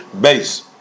Base